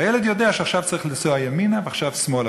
והילד יודע שעכשיו צריך לנסוע ימינה ועכשיו שמאלה,